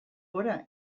gora